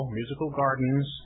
musicalgardens